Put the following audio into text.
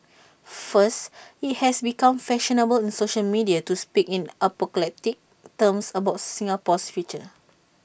first IT has become fashionable in social media to speak in apocalyptic terms about Singapore's future